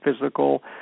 physical